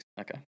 Okay